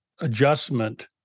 adjustment